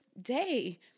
day